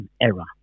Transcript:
era